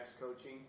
coaching